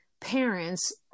parents